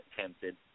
tempted